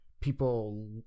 people